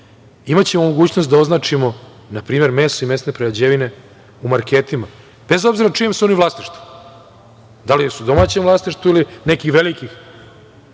mogućnost da označimo npr. meso i mesne prerađevine u marketima, bez obzira u čijem su oni vlasništvu, da li su u domaćem vlasništvu ili nekih velikih